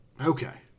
Okay